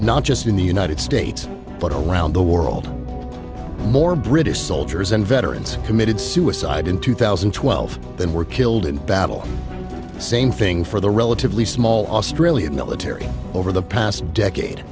not just in the united states but around the world more british soldiers and veterans committed suicide in two thousand and twelve than were killed in battle same thing for the relatively small australian military over the past decade